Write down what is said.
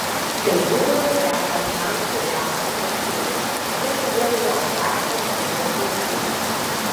tai būdavo ženklas hansui liautis trepsėti ir todėl jo atsakymas būdavo teisingas